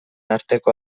arteko